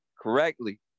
correctly